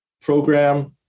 program